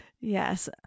Yes